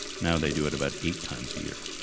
now they do it about eight times a year.